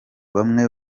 bamwe